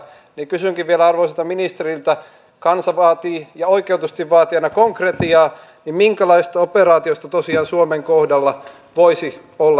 kysynkin vielä arvoisalta ministeriltä kansa vaatii ja oikeutetusti vaatii aina konkretiaa minkälaisista operaatioista tosiaan suomen kohdalla voisi olla kyse